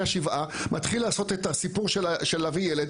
השבעה מתחיל לעשות את הסיפור של להביא ילד,